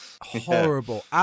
horrible